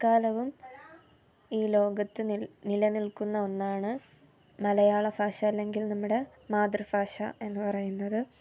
എക്കാലവും ഈ ലോകത്തു നില നിലനിൽക്കുന്ന ഒന്നാണ് മലയാളഭാഷ അല്ലെങ്കിൽ നമ്മുടെ മാതൃഭാഷ എന്ന് പറയുന്നത്